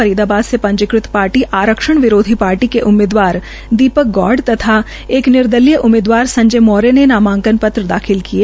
फरीदाबाद से पंजीकृत पार्टी आरक्षण विरोधी पार्टी के उम्मीदवार दीपक गॉड तथा एक निर्दलीय उम्मीदवार संजय मौर्य ने नामांकन पत्र दाखिल किये